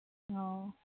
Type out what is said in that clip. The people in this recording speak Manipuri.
ꯑꯣ